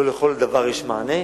לא לכל דבר יש מענה,